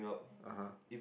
(uh huh)